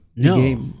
No